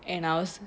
and I was